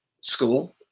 school